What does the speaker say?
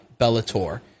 Bellator